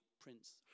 Prince